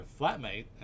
flatmate